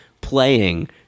playing